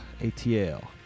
ATL